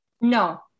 No